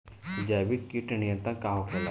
जैविक कीट नियंत्रण का होखेला?